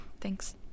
thanks